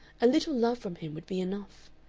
a little love from him would be enough.